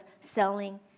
selling